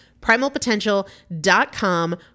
Primalpotential.com